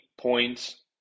points